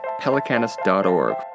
pelicanus.org